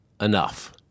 enough